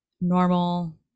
normal